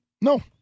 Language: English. No